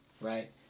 right